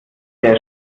der